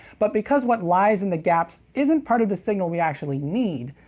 but because what lies in the gaps isn't part of the signal we actually need,